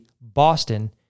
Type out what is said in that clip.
Boston